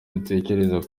dutekereza